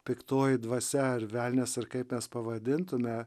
piktoji dvasia ar velnias ar kaip mes pavadintume